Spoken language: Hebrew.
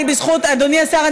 אדוני השר,